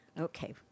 Okay